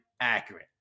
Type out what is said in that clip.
accurate